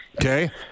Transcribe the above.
Okay